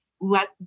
let